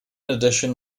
addition